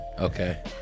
Okay